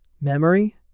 memory